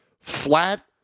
flat